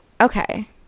Okay